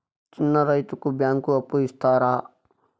చిన్న రైతుకు బ్యాంకు అప్పు ఇస్తారా?